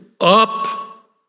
up